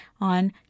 on